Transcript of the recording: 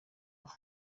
aho